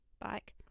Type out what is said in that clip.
Bike